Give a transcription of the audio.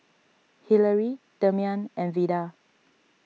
Hillary Demian and Veda